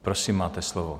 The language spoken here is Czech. Prosím, máte slovo.